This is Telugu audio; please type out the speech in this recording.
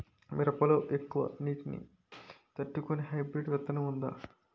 మిరప లో ఎక్కువ నీటి ని తట్టుకునే హైబ్రిడ్ విత్తనం వుందా?